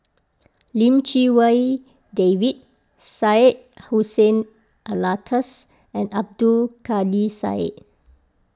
Lim Chee Wai David Syed Hussein Alatas and Abdul Kadir Syed